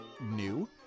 new